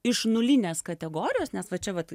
iš nulinės kategorijos nes va čia vat